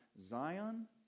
Zion